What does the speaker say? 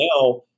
now